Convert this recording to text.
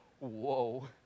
Whoa